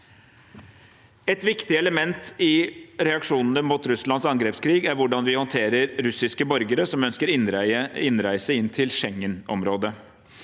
Et viktig element i reaksjonene mot Russlands angrepskrig er hvordan vi håndterer russiske borgere som ønsker å reise inn til Schengen-området.